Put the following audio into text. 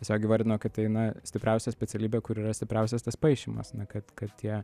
tiesiog įvardino kad tai na stipriausia specialybė kur yra stipriausias tas paišymas na kad kad tie